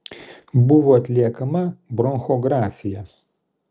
buvo atliekama bronchografija